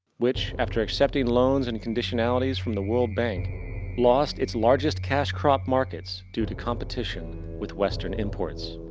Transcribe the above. which after accepting loans and conditionalities from the worldbank lost it's largest cash crop markets due to competition with western imports.